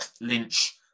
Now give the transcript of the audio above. Lynch